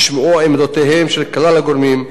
נשמעו עמדותיהם של כלל הגורמים,